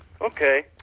Okay